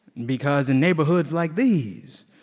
because in neighborhoods like these,